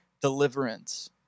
deliverance